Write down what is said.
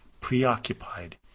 preoccupied